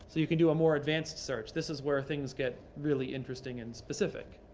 you can do a more advanced search. this is where things get really interesting and specific.